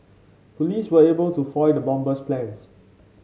police were able to foil the bomber's plans